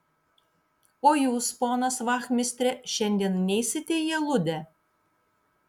o jūs ponas vachmistre šiandien neisite į aludę